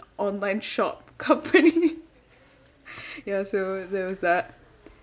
online shop company ya so that was that